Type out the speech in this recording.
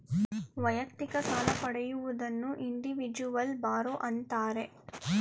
ವೈಯಕ್ತಿಕ ಸಾಲ ಪಡೆಯುವುದನ್ನು ಇಂಡಿವಿಜುವಲ್ ಬಾರೋ ಅಂತಾರೆ